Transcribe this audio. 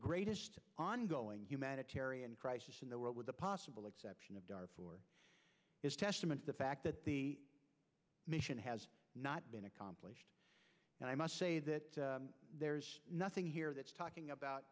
greatest ongoing humanitarian crisis in the world with the possible exception of is testament to the fact that the mission has not been accomplished and i must say that there's nothing here that's talking about